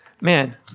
man